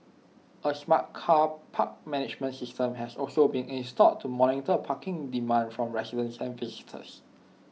A smart car park management system has also been installed to monitor parking demand from residents and visitors